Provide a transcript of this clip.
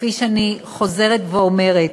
כפי שאני חוזרת ואומרת,